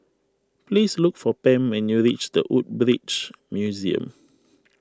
please look for Pam when you reach the Woodbridge Museum